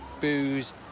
Booze